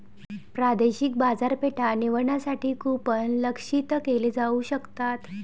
प्रादेशिक बाजारपेठा निवडण्यासाठी कूपन लक्ष्यित केले जाऊ शकतात